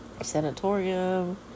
Sanatorium